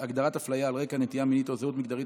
הגדרת הפליה על רקע נטייה מינית או זהות מגדר),